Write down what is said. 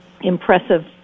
impressive